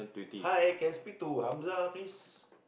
hi can speak to Hamzah please